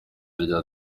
rya